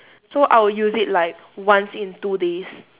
so I will use it like once in two days